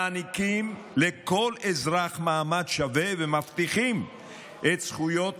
מעניקים לכל אזרח מעמד שווה, ומבטיחים את הזכויות